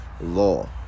law